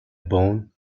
bone